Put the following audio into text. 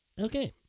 Okay